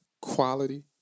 quality